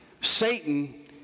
Satan